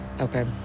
okay